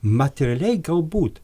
materialiai galbūt